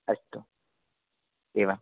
अस्तु एवं